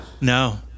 No